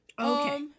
Okay